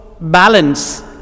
balance